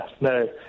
No